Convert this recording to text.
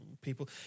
people